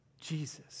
Jesus